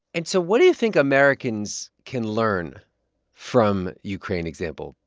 and so what do you think americans can learn from ukraine example?